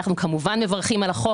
אנחנו כמובן מברכים עליו.